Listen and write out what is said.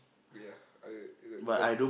ya I there's